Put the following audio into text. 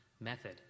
method